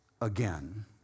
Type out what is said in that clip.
again